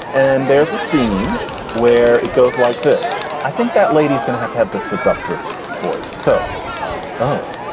and there's a scene where it goes like this. i think that lady's going to have to have the seductress voice, so oh,